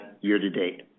year-to-date